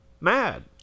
mad